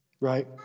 right